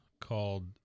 called